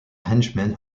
henchmen